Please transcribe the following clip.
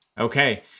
Okay